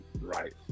right